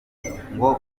ngo